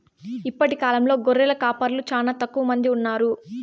ఇప్పటి కాలంలో గొర్రెల కాపరులు చానా తక్కువ మంది ఉన్నారు